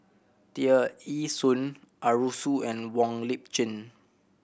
Tear Ee Soon Arasu and Wong Lip Chin